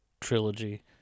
trilogy